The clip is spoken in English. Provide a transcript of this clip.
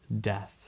death